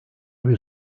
bir